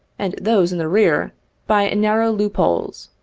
and those in the rear by narrow loop holes,